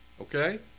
Okay